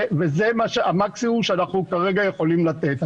וזה המקסימום שאנחנו כרגע יכולים לתת.